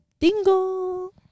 dingle